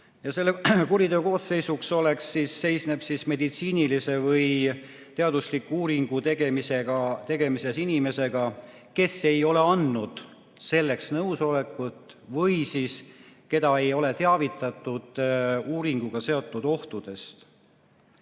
Selle kuriteokoosseis seisneb meditsiinilise või teadusliku uuringu tegemises inimesega, kes ei ole andnud selleks nõusolekut või keda ei ole teavitatud uuringuga seotud ohtudest.